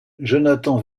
jonathan